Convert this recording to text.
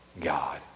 God